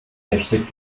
technik